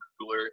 Cooler